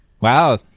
Wow